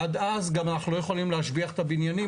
עד אז אנחנו גם לא יכולים להשביח את הבניינים,